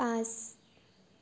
পাঁচ